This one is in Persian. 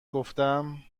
گفتم